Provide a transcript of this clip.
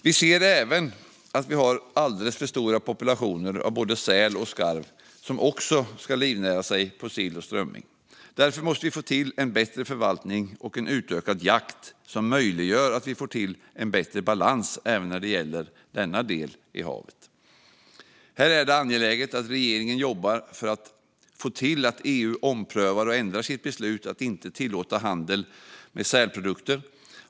Vi ser även att vi har alldeles för stora populationer av både säl och skarv som också ska livnära sig på sill och strömming. Därför måste vi få till en bättre förvaltning och en utökad jakt som möjliggör en bättre balans även när det gäller denna del i havet. Här är det angeläget att regeringen jobbar för att få EU att ompröva och ändra sitt beslut att inte tillåta handel med sälprodukter.